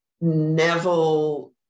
Neville